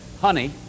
honey